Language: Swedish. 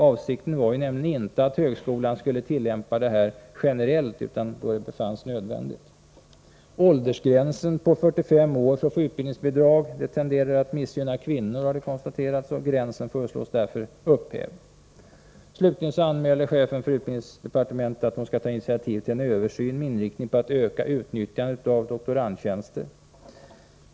Avsikten var nämligen inte att högskolorna skulle tillämpa detta generellt, utan då det befanns nödvändigt. Det har konstaterats att åldersgränsen på 45 år för att få utbildningsbidrag tenderar att missgynna kvinnor. Det föreslås därför att denna gräns upphävs. Vidare anmäler chefen för utbildningsdepartementet att hon skall ta initiativ till en utredning med inriktningen att öka utnyttjandet av doktorandtjänster.